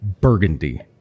Burgundy